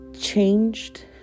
changed